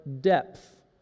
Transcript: depth